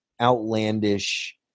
outlandish